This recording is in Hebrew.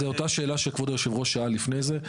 זו אותה שאלה שכבוד יושב הראש שאל לפני זה.